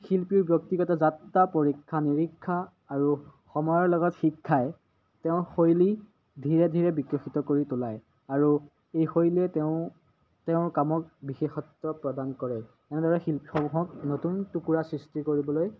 শিল্পীৰ ব্যক্তিগত যাত্ৰা পৰীক্ষা নিৰীক্ষা আৰু সময়ৰ লগত শিক্ষাই তেওঁৰ শৈলী ধীৰে ধীৰে বিকশিত কৰি তোলায় আৰু এই শৈলীয়ে তেওঁ তেওঁৰ কামক বিশেষত্ব প্ৰদান কৰে এনেদৰে শিল্পীসমূহক নতুন টুকুৰা সৃষ্টি কৰিবলৈ